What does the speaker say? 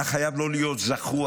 אתה חייב לא להיות זחוח,